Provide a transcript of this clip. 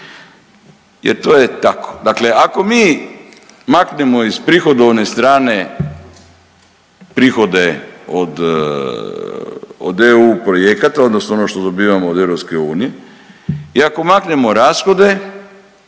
jer to je tako. Dakle, ako mi maknemo iz prihodovne strane prihode od EU projekata, odnosno ono što dobivamo od EU i ako maknemo rashode